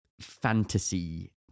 fantasy